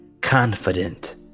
confident